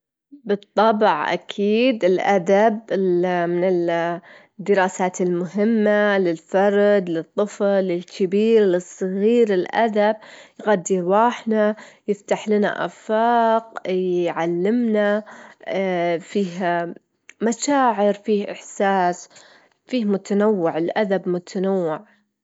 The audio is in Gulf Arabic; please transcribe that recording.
الصين عندها ثقافة عريقة جداً تتميز بأنهم يحافظون على التقاليد؛ متل الفنون القتالية والطعام المتنوع، وإنهم يحتفلون بالأعياد متل عيد رأس السنة الصينية، وفي فلسفات مهمة متل والكونفوشيوسية، كلها تمتلهم.